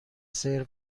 سرو